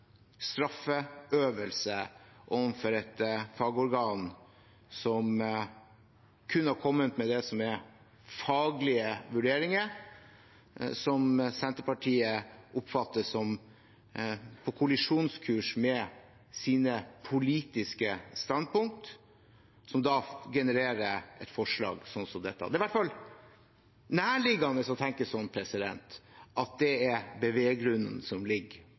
straffeøvelse overfor et fagorgan som kun har kommet med det som er faglige vurderinger, som Senterpartiet oppfatter å være på kollisjonskurs med sine politiske standpunkt, som da genererer et forslag som dette. Det er i hvert fall nærliggende å tenke sånn, at det er beveggrunnen som ligger